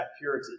purity